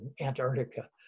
Antarctica